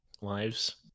lives